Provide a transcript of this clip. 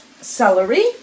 celery